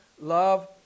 love